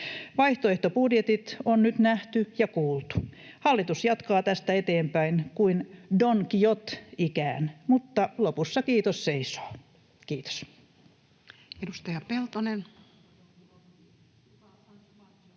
Vaihtoehtobudjetit on nyt nähty ja kuultu. Hallitus jatkaa tästä eteenpäin kuin Don Quijote ikään, mutta lopussa kiitos seisoo. — Kiitos.